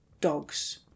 dogs